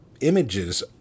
images